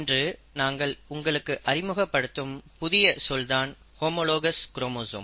இன்று நாங்கள் உங்களுக்கு அறிமுகப்படுத்தும் புதிய சொல் தான் ஹோமோலாகஸ் குரோமோசோம்